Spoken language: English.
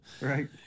Right